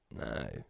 No